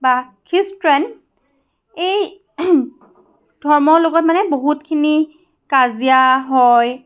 বা খ্ৰীষ্টান এই ধৰ্মৰ লগত মানে বহুতখিনি কাজিয়া হয়